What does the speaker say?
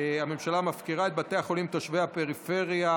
הממשלה מפקירה את בתי החולים ותושבי הפריפריה,